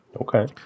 Okay